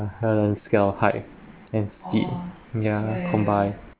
I'm hell scared of height and speed ya combine